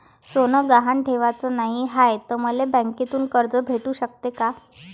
सोनं गहान ठेवाच नाही हाय, त मले बँकेतून कर्ज भेटू शकते का?